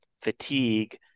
fatigue